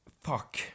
fuck